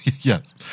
Yes